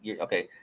Okay